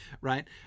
right